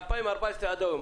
2014 עד היום,